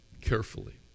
carefully